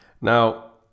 Now